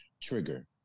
trigger